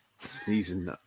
sneezing